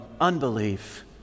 unbelief